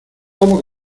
como